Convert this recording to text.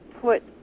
put